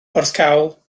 porthcawl